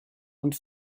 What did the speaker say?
und